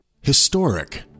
Historic